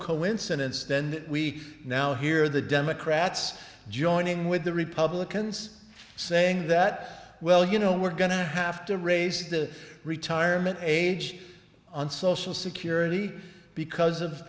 coincidence then we now hear the democrats joining with the republicans saying that well you know we're going to have to raise the retirement age on social security because of